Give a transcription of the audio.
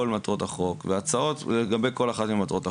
מטרות החוק והצעות לגבי כל אחת ממטרות החוק.